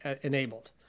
enabled